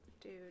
Dude